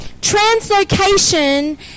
Translocation